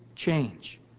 Change